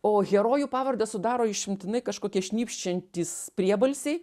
o herojų pavardes sudaro išimtinai kažkokie šnypščiantys priebalsiai